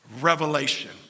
revelation